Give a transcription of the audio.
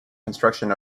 construction